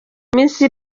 minsi